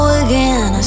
again